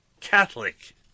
Catholic